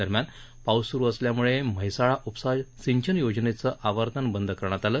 दरम्यान पाऊस स्रू झाल्याम्ळे म्हैसाळ उपसा सिंचन योजनेचे आवर्तन बंद करण्यात आलं